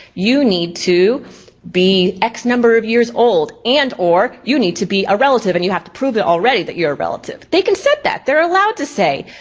you need to be x number of years old and or you need to be a relative and you have to prove it already that you're a relative. they can set that, they're allowed to say,